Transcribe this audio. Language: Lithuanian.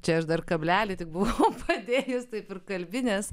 čia aš dar kablelį tik buvau padėjus taip ir kalbinės